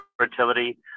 fertility